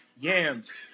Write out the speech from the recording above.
yams